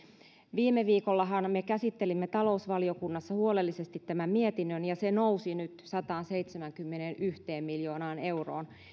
viime viikollahan me käsittelimme talousvaliokunnassa huolellisesti tämän mietinnön ja se nousi nyt sataanseitsemäänkymmeneenyhteen miljoonaan euroon